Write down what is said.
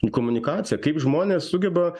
komunikaciją kaip žmonės sugeba